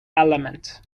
element